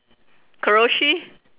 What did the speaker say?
koroshi